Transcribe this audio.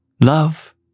Love